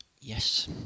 Yes